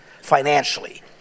financially